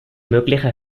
mögliche